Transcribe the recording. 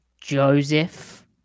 Joseph